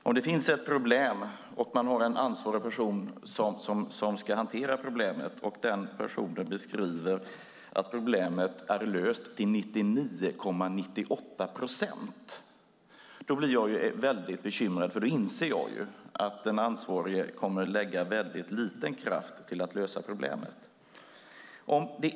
Om det finns ett problem och man har en ansvarig person som ska hantera problemet och den personen beskriver att problemet är löst till 99,98 procent, då blir jag bekymrad, för då inser jag att den ansvariga kommer att lägga väldigt lite kraft på att lösa problemet.